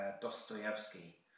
Dostoevsky